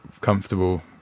comfortable